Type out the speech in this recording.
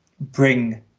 bring